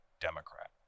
Democrat